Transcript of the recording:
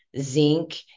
zinc